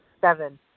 Seven